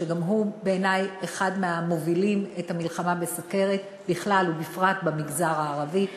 שגם הוא בעיני אחד המובילים את המלחמה בסוכרת בכלל ובמגזר הערבי בפרט.